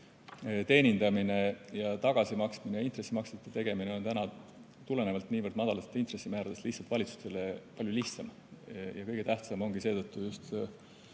teenindamine, tagasimaksmine ja intressimaksete tegemine on täna niivõrd madalatest intressimääradest tulenevalt valitsustele palju lihtsam. Kõige tähtsam ongi seetõttu just